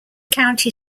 county